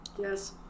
Yes